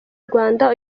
rwanda